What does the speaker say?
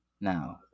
Now